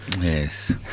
Yes